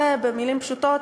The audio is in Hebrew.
ובמילים פשוטות,